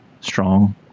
strong